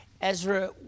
Ezra